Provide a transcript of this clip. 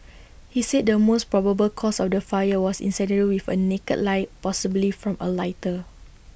he said the most probable cause of the fire was incendiary with A naked light possibly from A lighter